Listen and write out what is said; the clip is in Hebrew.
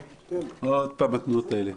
עוד פעם התנועות האלה.